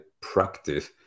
practice